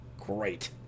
Great